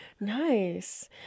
Nice